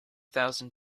thousand